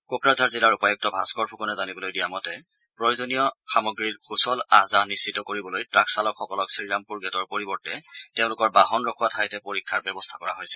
কোকৰাঝাৰ জিলাৰ উপায়ুক্ত ভাস্কৰ ফুকনে জানিবলৈ দিয়া মতে প্ৰয়োজনীয় বস্তৰ সূচল আহ যাহ নিশ্চিত কৰিবলৈ টাক চালকসকলক শ্ৰীৰামপুৰ গেটৰ পৰিৱৰ্তে তেওঁলোকৰ বাহন ৰখোৱা ঠাইত পৰীক্ষাৰ ব্যৱস্থা কৰা হৈছে